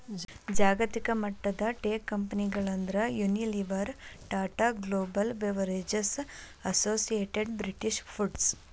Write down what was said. ಜಾಗತಿಕಮಟ್ಟದ ಟೇಕಂಪೆನಿಗಳಂದ್ರ Unilever, Tata Global Beverages, Associated British foods